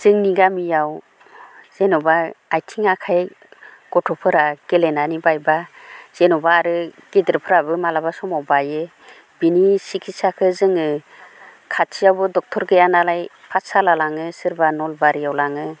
जोंनि गामियाव जेन'बा आथिं आखाय गथ'फोरा गेलेनानै बायब्ला जेन'बा आरो गेदेरफोराबो माब्लाबा समाव बायो बिनि सिखिथसाखो जोङो खाथियावबो ड'क्टर गैयानालाय पाठसाला लाङो सोरबा नलबारियाव लाङो